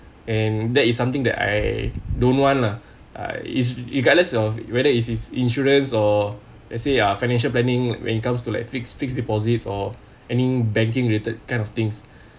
and that is something that I don't want lah I is regardless of whether is is insurance or let's say a financial planning when it comes to like fixed fixed deposit or any banking related kind of things